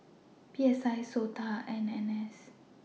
P S I Sota and N N S